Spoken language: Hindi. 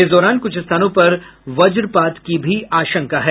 इस दौरान कुछ स्थानों पर वज्रपात की भी आशंका है